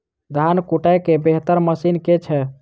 धान कुटय केँ बेहतर मशीन केँ छै?